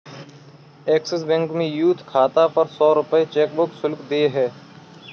axis bank में youth खाता पर सौ रूपये चेकबुक शुल्क देय है